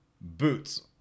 boots